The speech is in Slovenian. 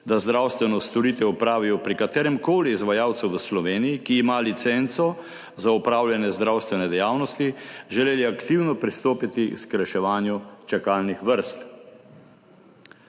da zdravstveno storitev opravijo pri kateremkoli izvajalcu v Sloveniji, ki ima licenco za opravljanje zdravstvene dejavnosti, želeli aktivno pristopiti k skrajševanju čakalnih vrst.